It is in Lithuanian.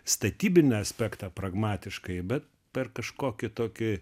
statybinį aspektą pragmatiškai bet per kažkokį tokį